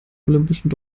olympischen